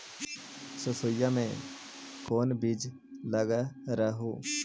सरसोई मे कोन बीज लग रहेउ?